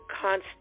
constant